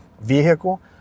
vehicle